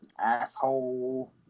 asshole